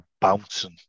bouncing